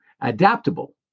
adaptable